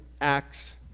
acts